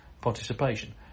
...participation